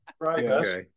Right